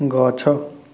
ଗଛ